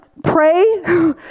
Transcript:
pray